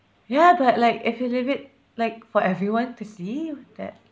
ya but like if you leave it like for everyone to see that